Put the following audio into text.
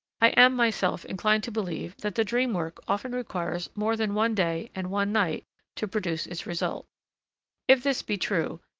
i am myself inclined to believe that the dream-work often requires more than one day and one night to produce its result if this be true,